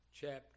chapter